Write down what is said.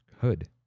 hood